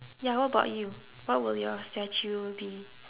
ya what about you what will your statue be